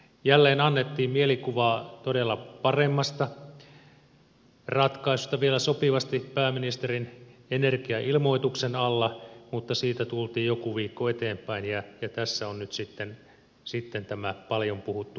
jälleen annettiin mielikuvaa todella paremmasta ratkaisusta sopivasti vielä pääministerin energiailmoituksen alla mutta kun siitä tultiin joku viikko eteenpäin niin tässä on nyt sitten tämä paljon puhuttu ratkaisu